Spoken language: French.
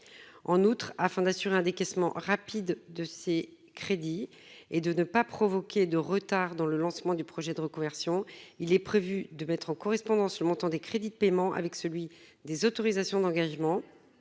en outre afin d'assurer un décaissement rapide de ces crédits et de ne pas provoquer de retard dans le lancement du projet de reconversion, il est prévu de mettre en correspondance le montant des crédits de paiement avec celui des autorisations d'engagement.